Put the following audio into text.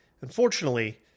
Unfortunately